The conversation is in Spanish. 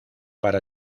para